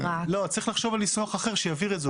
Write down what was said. צריך לחשוב על ניסוח אחר שיבהיר את זה.